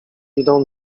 idą